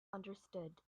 understood